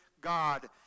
God